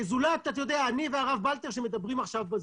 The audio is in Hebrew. זולת אני והרב בלטר שמדברים עכשיו בזום.